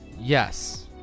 Yes